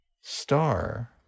Star